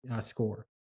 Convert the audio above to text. score